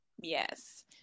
yes